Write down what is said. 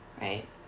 Right